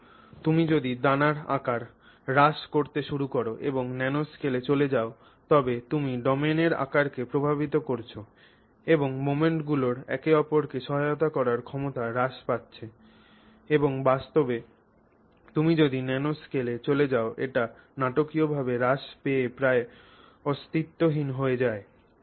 এখন তুমি যদি দানার আকার হ্রাস করতে শুরু কর এবং ন্যানোস্কেলে চলে যাও তবে তুমি ডোমেনের আকারকে প্রভাবিত করছ এবং মোমেন্টগুলির একে অপরকে সহায়তা করার ক্ষমতা হ্রাস পাচ্ছে এবং বাস্তবে তুমি যদি ন্যানোস্কলে চলে যাও এটি নাটকীয়ভাবে হ্রাস পেয়ে প্রায় অস্তিত্বহীন হয়ে যায়